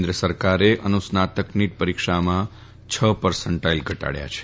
કેન્દ્ર સરકારે અનુસ્નાતક નીટ પરીક્ષામાં છ પર્સન્ટાઈલ ઘટાડયા છે